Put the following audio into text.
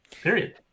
Period